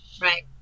Right